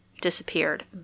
disappeared